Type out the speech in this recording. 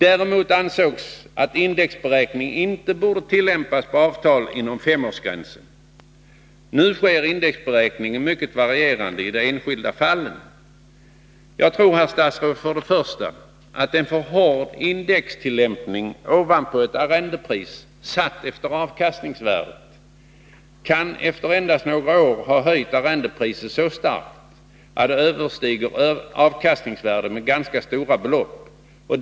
Däremot ansågs att indexberäkning inte borde tillämpas på avtal inom femårsgränsen. Nu sker indexberäkningen mycket varierande i de enskilda fallen. Jag tror, herr statsråd, att en alltför hård indextillämpning ovanpå ett arrendepris, satt efter avkastningsvärdet, efter endast några år kan ha höjt arrendepriset så avsevärt att det med ganska stora belopp överstiger avkastningsvärdet.